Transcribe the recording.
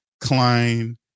Klein